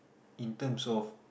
in terms of